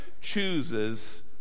chooses